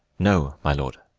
no, my lord.